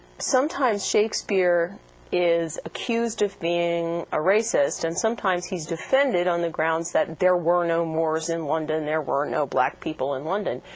sometimes shakespeare is accused of being a racist, and sometimes he's defended on the grounds that there were no moors in london there were no black people in london.